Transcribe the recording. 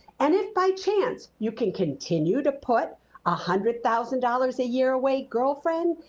and if by chance you can continue to put ah hundred thousand dollars a year away, girlfriend,